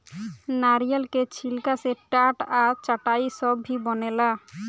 नारियल के छिलका से टाट आ चटाई सब भी बनेला